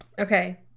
Okay